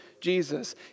Jesus